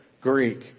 Greek